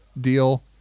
deal